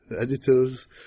editors